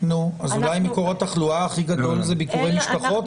אז אולי מקור התחלואה הכי גדול זה ביקורי משפחות?